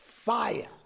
Fire